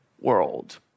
world